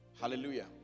Hallelujah